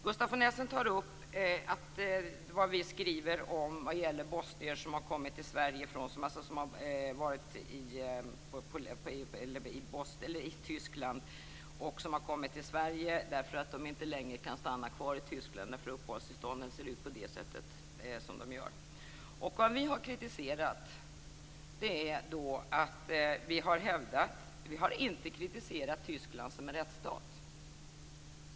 Gustaf von Essen tar upp vad vi skriver om bosnier som varit i Tyskland och som kommit till Sverige eftersom de inte längre kan stanna kvar i Tyskland därför att uppehållstillstånden ser ut som de gör. Vi har inte kritiserat Tyskland som en rättsstat.